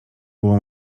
było